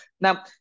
Now